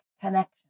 connection